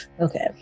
Okay